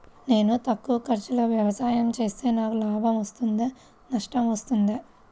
నేను తక్కువ ఖర్చుతో వ్యవసాయం చేస్తే నాకు లాభం వస్తుందా నష్టం వస్తుందా?